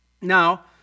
Now